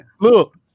Look